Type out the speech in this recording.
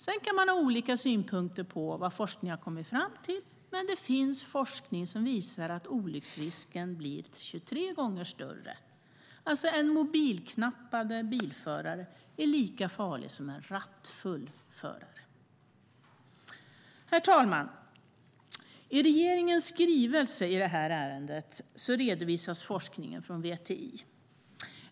Sedan kan man ha olika synpunkter på vad forskningen har kommit fram till, men det finns forskning som visar att olycksrisken blir 23 gånger större. En mobilknappande bilförare är lika farlig som en rattfull förare. Herr talman! I regeringens skrivelse i det här ärendet redovisas forskningen från VTI.